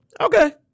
Okay